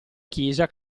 chiesa